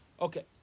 Okay